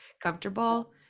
comfortable